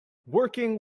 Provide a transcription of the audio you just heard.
working